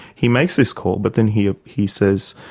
he makes this call, but then he ah he says,